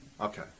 Okay